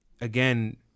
again